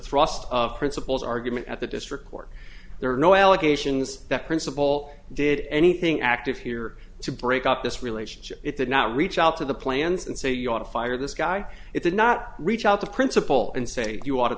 thrust of principals argument at the district court there are no allegations that principal did anything active here to break up this relationship it did not reach out to the plans and say you want to fire this guy it did not reach out to the principal and say you